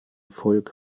volk